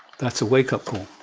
that's a wakeup call.